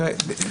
תראה,